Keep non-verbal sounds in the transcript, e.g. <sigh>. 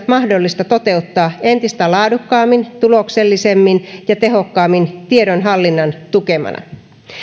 <unintelligible> mahdollista toteuttaa entistä laadukkaammin tuloksellisemmin ja tehokkaammin tiedonhallinnan tukemana